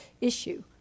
issue